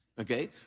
Okay